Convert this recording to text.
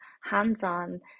hands-on